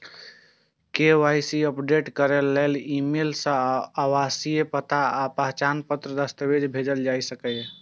KYC update करै लेल email सं आवासीय पता आ पहचान पत्रक दस्तावेज भेजल जा सकैए